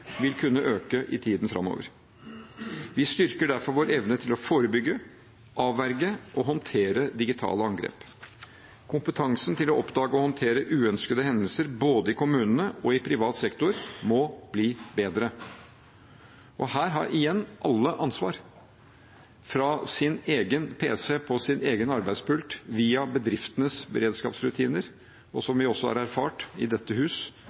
vil kunne øke i tiden framover. Vi styrker derfor vår evne til å forebygge, avverge og håndtere digitale angrep. Kompetansen til å oppdage og håndtere uønskede hendelser både i kommunene og i privat sektor må bli bedre. Her har igjen alle ansvar, fra egen pc på egen arbeidspult og til bedriftenes beredskapsrutiner – og som vi også har erfart i dette hus,